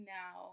now